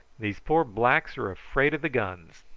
these poor blacks are afraid of the guns.